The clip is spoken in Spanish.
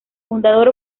fundador